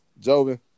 Joven